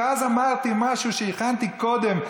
ואז אמרתי משהו שהכנתי קודם,